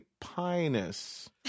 Pinus